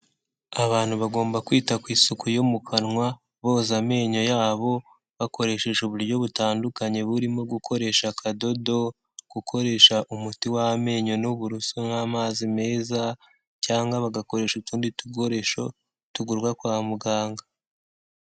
Abantu bagomba kwita ku isuku yo mu kanwa, boza amenyo yabo bakoresheje uburyo butandukanye burimo gukoresha akadodo, gukoresha umuti w'amenyo n'uburoso n'amazi meza cyangwa bagakoresha utundi dukoresho tugurwa kwa muganga.